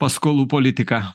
paskolų politiką